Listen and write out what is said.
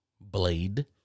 Blade